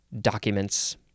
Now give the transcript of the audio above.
Documents